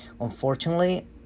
unfortunately